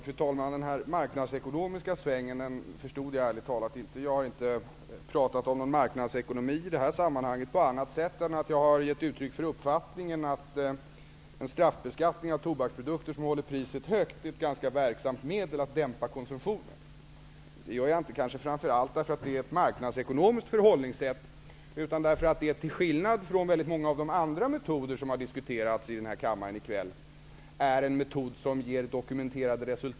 Fru talman! Den här marknadsekonomiska svängen förstod jag ärligt talat inte. Jag har inte pratat om någon marknadsekonomi i det här sammanhanget på annat sätt än att jag har givit uttryck för uppfattningen att en straffbeskattning av tobaksprodukter -- som gör att priset hålls högt -- är ett ganska verksamt medel för att dämpa konsumtionen. Detta gör jag kanske inte i första hand därför att det är ett marknadsekonomiskt förhållningssätt, utan därför att detta är en metod som dokumenterat ger resultat, till skillnad från många av de andra metoder som har diskuterats i den här kammaren i kväll.